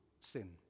sin